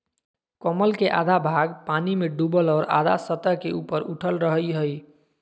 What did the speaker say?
कमल के आधा भाग पानी में डूबल और आधा सतह से ऊपर उठल रहइ हइ